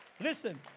Listen